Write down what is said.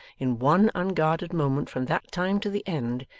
in one unguarded moment from that time to the end,